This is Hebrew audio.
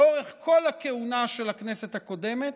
לאורך כל הכהונה של הכנסת הקודמת.